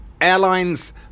Airlines